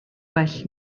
well